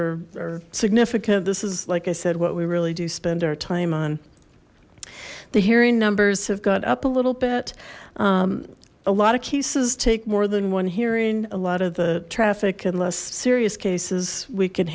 those are significant this is like i said what we really do spend our time on the hearing numbers have gone up a little bit a lot of cases take more than one hearing a lot of the traffic and less serious cases we can